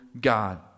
god